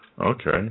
Okay